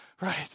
right